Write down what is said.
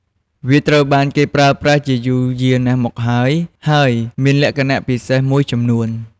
វាត្រូវបានគេប្រើប្រាស់ជាយូរយារណាស់មកហើយ ហើយមានលក្ខណៈពិសេសមួយចំនួន។